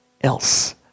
else